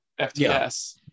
fts